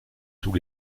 tous